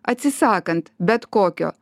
atsisakant bet kokio